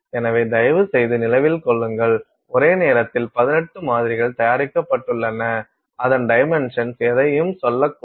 எனவே தயவுசெய்து நினைவில் கொள்ளுங்கள் ஒரே நேரத்தில் 18 மாதிரிகள் தயாரிக்கப்பட்டுள்ளன அந்த டைமென்ஷன்ஸ் எதையும் சொல்லக்கூடும்